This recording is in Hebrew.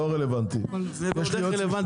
זה לא רלוונטי, יש יועץ משפטי.